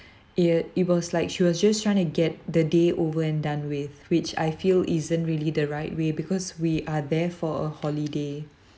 it it was like she was just trying to get the day over and done with which I feel isn't really the right way because we are there for holiday